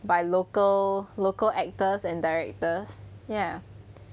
by local local actors and directors ya